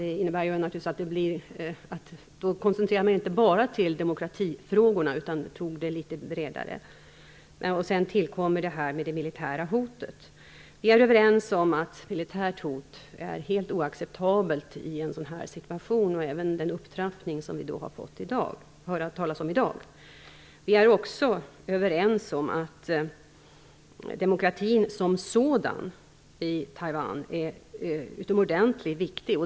Då koncentrerade jag mig inte bara på demokratifrågorna utan anlade ett litet bredare synsätt. Till detta kommer det militära hotet. Vi är överens om att militärt hot är helt oacceptabelt i en sådan här situation, och det gäller även den upptrappning som vi har fått höra talas om i dag. Vi är också överens om att demokratin som sådan i Taiwan är utomordentligt viktig.